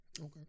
Okay